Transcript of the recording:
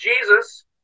Jesus